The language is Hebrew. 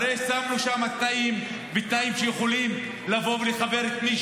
הרי שמנו שם תנאים ותנאים שיכולים לבוא ולחבר את מי